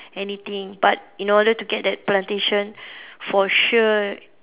anything but in order to get that plantation for sure